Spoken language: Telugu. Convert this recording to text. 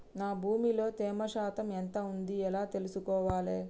నా భూమి లో తేమ శాతం ఎంత ఉంది ఎలా తెలుసుకోవాలే?